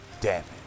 damage